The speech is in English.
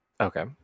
Okay